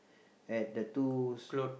at the two~